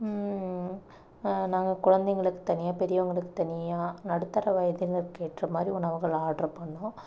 நாங்கள் குழந்தைங்களுக்கு தனியாக பெரியவர்களுக்கு தனியாக நடுத்தர வயதினருக்கு ஏற்ற மாதிரி உணவுகள் ஆடர் பண்ணிணோம்